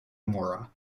mora